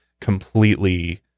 completely